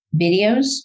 Videos